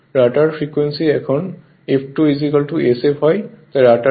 rotor frequency এখন F2 sf হয়